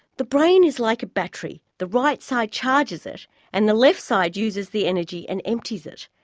the brain is like a battery the right side charges it and the left side uses the energy and empties it.